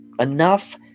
enough